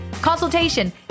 consultation